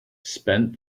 spent